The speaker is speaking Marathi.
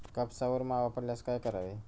कापसावर मावा पडल्यास काय करावे?